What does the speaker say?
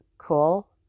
cool